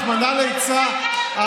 רחמנא ליצלן,